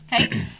Okay